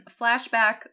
Flashback